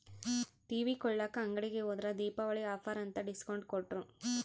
TV ಕೊಳ್ಳಾಕ ಅಂಗಡಿಗೆ ಹೋದ್ರ ದೀಪಾವಳಿ ಆಫರ್ ಅಂತ ಡಿಸ್ಕೌಂಟ್ ಕೊಟ್ರು